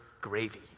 gravy